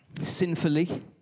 sinfully